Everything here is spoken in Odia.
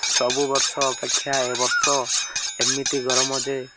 ସବୁ ବର୍ଷ ଅପେକ୍ଷା ଏ ବର୍ଷ ଏମିତି ଗରମ ଯେ